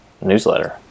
newsletter